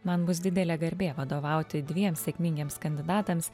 man bus didelė garbė vadovauti dviem sėkmingiems kandidatams